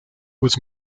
was